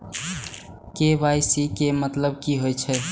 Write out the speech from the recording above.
KYC के मतलब कि होई छै?